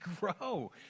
grow